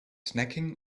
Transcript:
snacking